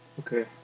Okay